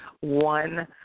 one